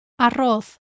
Arroz